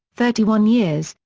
thirty one years,